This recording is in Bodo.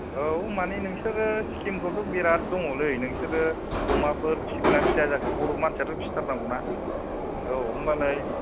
औ मानि नोंसोरो चिकिमखौथ' बिराथ दङ'लै नोंसोरो अमाफोर फिगोन्ना फिया जाखो बर' मानसियाथ' फिथारनांगौना औ होमबालाय